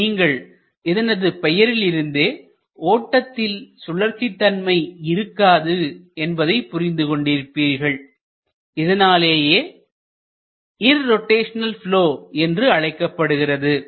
நீங்கள் இதனது பெயரிலிருந்தே ஓட்டத்தில் சுழற்சிதன்மை இருக்காது என்பதை புரிந்து கொண்டிருப்பீர்கள் இதனாலேயே இர்ரோட்டைஷனல் ப்லொ என்று அழைக்கப்படுகிறது